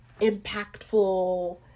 impactful